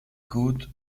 côte